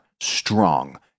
strong